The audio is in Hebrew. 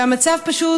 והמצב פשוט